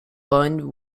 point